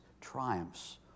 triumphs